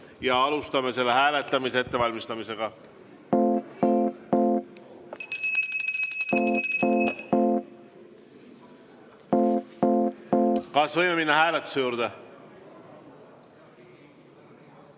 ja alustame selle hääletamise ettevalmistamist. Kas võime minna hääletuse juurde?